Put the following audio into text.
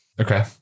Okay